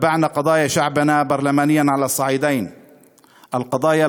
דאגנו בפרלמנט לעניינים הנוגעים לעמנו מהבחינה הלאומית: